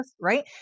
right